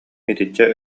итиччэ